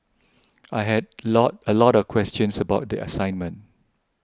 I had lot a lot of questions about the assignment